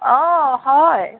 অঁ হয়